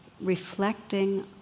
reflecting